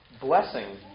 blessing